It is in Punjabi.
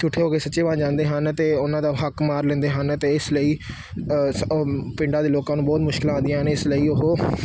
ਝੂਠੇ ਹੋ ਕੇ ਸੱਚੇ ਬਣ ਜਾਂਦੇ ਹਨ ਅਤੇ ਉਹਨਾਂ ਦਾ ਹੱਕ ਮਾਰ ਲੈਂਦੇ ਹਨ ਅਤੇ ਇਸ ਲਈ ਸ ਉਹ ਪਿੰਡਾਂ ਦੇ ਲੋਕਾਂ ਨੂੰ ਬਹੁਤ ਮੁਸ਼ਕਲਾਂ ਆਉਂਦੀਆਂ ਹਨ ਇਸ ਲਈ ਉਹ